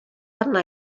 arna